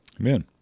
Amen